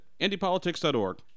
indypolitics.org